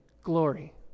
glory